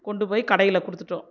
கொண்டு போய் கடையில் கொடுத்துட்டோம்